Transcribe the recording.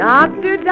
Doctor